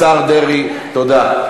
השר דרעי, תודה.